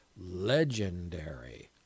legendary